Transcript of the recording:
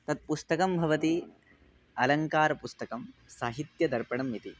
तत् पुस्तकं भवति अलङ्कारः पुस्तकं साहित्यदर्पणम् इति